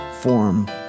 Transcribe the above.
form